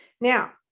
Now